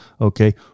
Okay